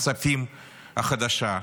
הכספים החדשה,